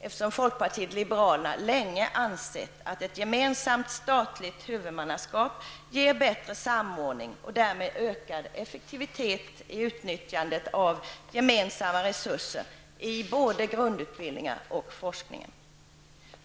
eftersom folkpartiet liberalerna länge ansett att ett gemensamt statligt huvudmannaskap ger bättre samordning och därmed ökad effektivitet i utnyttjandet av gemensamma resurser i både grundutbildningarna och forskningen.